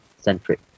centric